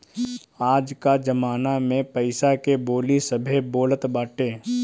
आज कअ जमाना में पईसा के बोली सभे बोलत बाटे